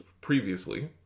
previously